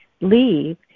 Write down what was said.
leave